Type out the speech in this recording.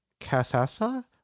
Kasasa